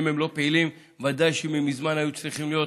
אם הם לא פעילים, ודאי שמזמן הם היו צריכים להיות